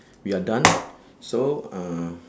we are done so uh